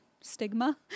stigma